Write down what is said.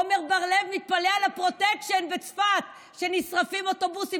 עמר בר לב מתפלא על הפרוטקשן בצפת כשנשרפים אוטובוסים,